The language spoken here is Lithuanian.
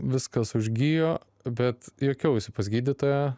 viskas užgijo bet juokiausi pas gydytoją